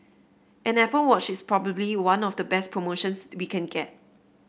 an Apple Watch is probably one of the best promotions we can get